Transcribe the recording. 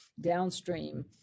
downstream